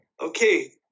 okay